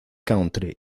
country